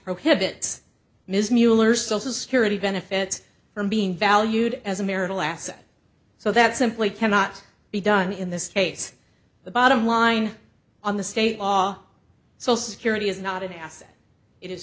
prohibits ms mueller social security benefits from being valued as a marital asset so that simply cannot be done in this case the bottom line on the state law so security is not an asset it is